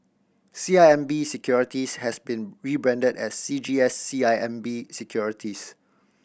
C I M B Securities has been rebranded as C G S C I M B Securities